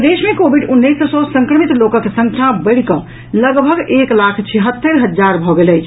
प्रदेश मे कोविड उन्नैस सँ संक्रमित लोकक संख्या बढ़ि कऽ लगभग एक लाख छिहत्तरि हजार भऽ गेल अछि